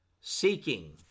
seeking